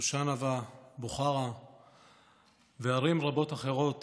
דושאנבה וערים רבות אחרות